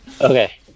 okay